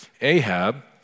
Ahab